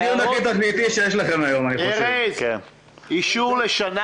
--- ארז, אישור לשנה?